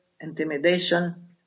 intimidation